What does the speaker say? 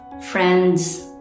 Friends